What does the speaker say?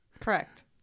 Correct